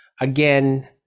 again